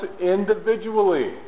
individually